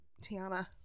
Tiana